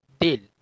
deal